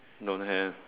don't have